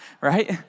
right